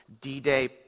D-Day